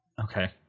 Okay